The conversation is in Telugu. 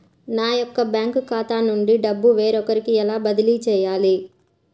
నా యొక్క బ్యాంకు ఖాతా నుండి డబ్బు వేరొకరికి ఎలా బదిలీ చేయాలి?